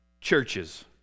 churches